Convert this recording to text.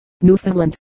Newfoundland